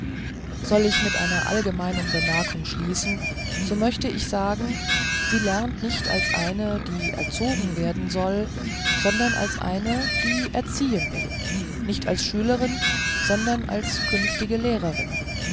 soll ich mit einer allgemeinen bemerkung schließen so möchte ich sagen sie lernt nicht als eine die erzogen werden soll sondern als eine die erziehen will nicht als schülerin sondern als künftige lehrerin